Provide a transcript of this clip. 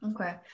okay